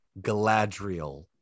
Galadriel